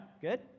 good